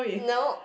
nope